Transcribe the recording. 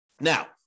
Now